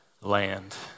land